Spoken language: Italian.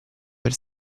per